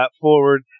forward